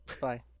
bye